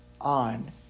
on